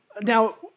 Now